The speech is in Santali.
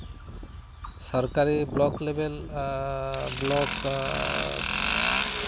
ᱥᱚᱨᱠᱟᱨᱤ ᱵᱞᱚᱠ ᱞᱮᱵᱮᱞ ᱟᱨ ᱵᱞᱚᱠ